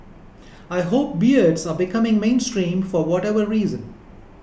I hope beards are becoming mainstream for whatever reason